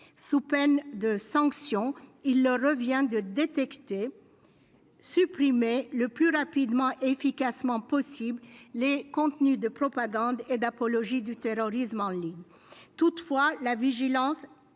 Sous peine de sanctions, il leur revient de détecter et de supprimer le plus rapidement et efficacement possible les contenus de propagande et d'apologie du terrorisme en ligne. Toutefois, la vigilance des